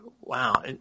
wow